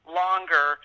longer